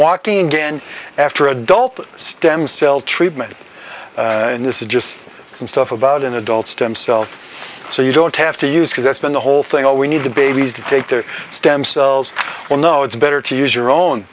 walking again after adult stem cell treatment and this is just some stuff about an adult stem cell so you don't have to use because that's been the whole thing all we need the babies to take their stem cells or no it's better to use your own